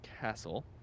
Castle